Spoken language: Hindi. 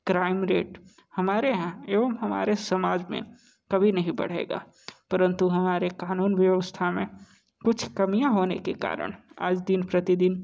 क्राइम रेट हमारे यहाँ एवं हमारे समाज में कभी नहीं बढ़ेगा परंतु हमारे कानून व्यवस्था में कुछ कमियाँ होने के कारण आज दिन प्रतिदिन